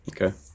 Okay